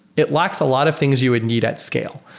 it lacks a lot of things you would need at scale.